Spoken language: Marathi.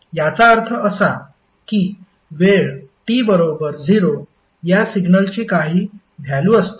याचा अर्थ असा की वेळ t बरोबर 0 या सिग्नलची काही व्हॅल्यु असते